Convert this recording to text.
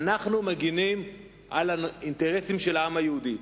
אנחנו מגינים על האינטרסים של העם היהודי.